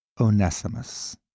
Onesimus